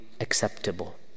acceptable